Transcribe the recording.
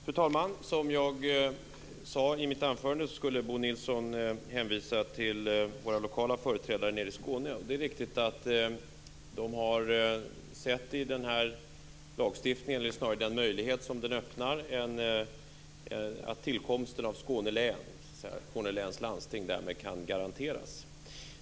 Fru talman! Som jag sade i mitt anförande hänvisade Bo Nilsson till våra lokala företrädare i Skåne. Det är riktigt att de har sett att lagstiftningen öppnar för möjligheten att tillkomsten av Skåne läns landsting garanteras.